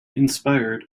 inspired